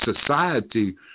society